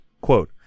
quote